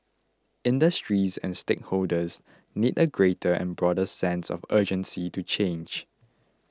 industries and stakeholders need a greater and broader sense of urgency to change